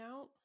out